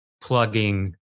plugging